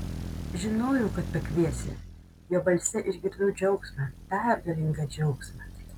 žinojau kad pakviesi jo balse išgirdau džiaugsmą pergalingą džiaugsmą